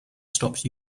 stopped